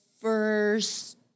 first